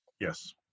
yes